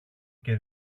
και